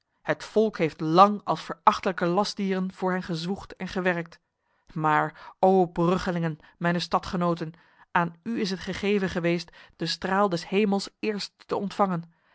het volk heeft lang als verachtelijke lastdieren voor hen gezwoegd en gewerkt maar o bruggelingen mijne stadgenoten aan u is het gegeven geweest de straal des hemels eerst te ontvangen